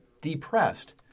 depressed